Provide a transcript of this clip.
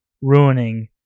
ruining